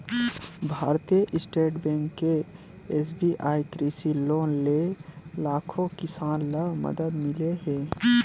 भारतीय State Bank के SBI कृषि लोन ले लाखो किसान ल मदद मिले हे